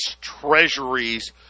treasuries